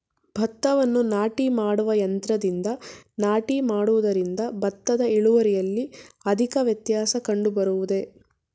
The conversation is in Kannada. ಭತ್ತವನ್ನು ನಾಟಿ ಮಾಡುವ ಯಂತ್ರದಿಂದ ನಾಟಿ ಮಾಡುವುದರಿಂದ ಭತ್ತದ ಇಳುವರಿಯಲ್ಲಿ ಅಧಿಕ ವ್ಯತ್ಯಾಸ ಕಂಡುಬರುವುದೇ?